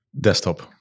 Desktop